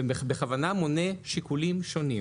ובכוונה מונה שיקולים נוספים.